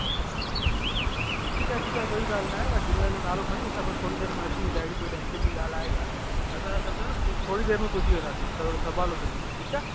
अच्छा अच्छा ठीकु आहे ठीकु आहे कोई ॻाल्हि न आहे बसि झूलेलाल जो नालो खणी असां बसि थोरी देरि में अचूं ई था अहिड़ी कोई टेंशन जी ॻाल्हि आहे कोन्ह असां समिझो न थो थोरी देरि में पुॼी वेंदासींस त थोरो संभालोसि हुनखे ठीकु आहे